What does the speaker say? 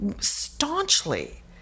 staunchly